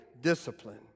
discipline